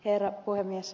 herra puhemies